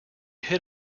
hit